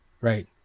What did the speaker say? right